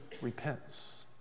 repents